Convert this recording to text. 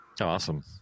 Awesome